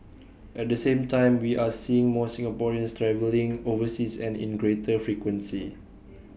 at the same time we are seeing more Singaporeans travelling overseas and in greater frequency